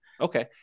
Okay